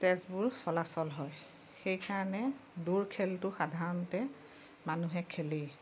তেজবোৰ চলাচল হয় সেইকাৰণে দৌৰ খেলটো সাধাৰণতে মানুহে খেলেই